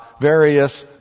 various